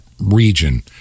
region